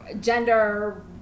Gender